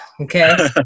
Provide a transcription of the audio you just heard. okay